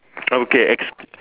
okay ex~